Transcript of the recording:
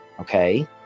okay